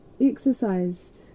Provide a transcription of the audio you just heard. exercised